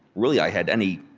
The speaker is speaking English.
really, i had any